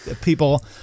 people